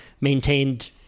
maintained